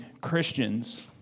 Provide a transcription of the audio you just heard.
Christians